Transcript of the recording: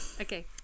Okay